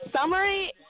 summary